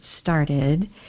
started